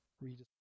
read